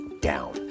down